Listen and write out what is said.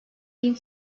bin